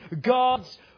God's